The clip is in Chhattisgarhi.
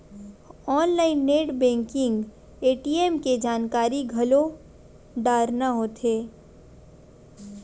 ऑनलाईन नेट बेंकिंग ए.टी.एम के जानकारी घलो डारना होथे